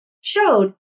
showed